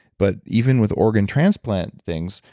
but even with organ transplant things.